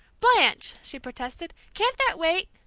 blanche! she protested, can't that wait?